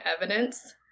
evidence